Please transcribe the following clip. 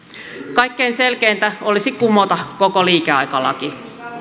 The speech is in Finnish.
kaikkein selkeintä olisi kumota koko liikeaikalaki